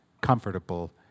comfortable